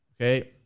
okay